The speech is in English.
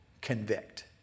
convict